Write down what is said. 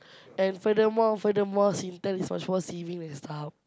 and furthermore furthermore Singtel is much more saving than StarHub